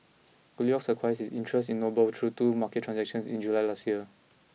goldilocks acquired its interest in Noble through two market transactions in July last year